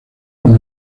con